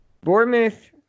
Bournemouth